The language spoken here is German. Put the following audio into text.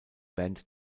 band